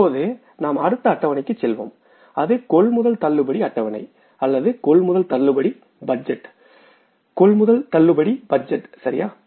இப்போது நாம் அடுத்த அட்டவணைக்கு செல்வோம் அது கொள்முதல் தள்ளுபடி அட்டவணை அல்லது கொள்முதல் தள்ளுபடி பட்ஜெட் கொள்முதல் தள்ளுபடி பட்ஜெட் சரியா